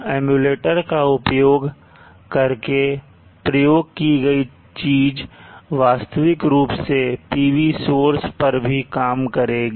emulator का उपयोग करके प्रयोग की गई चीज वास्तविक रूप से PV सोर्स पर भी काम करेगी